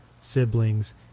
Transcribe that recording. siblings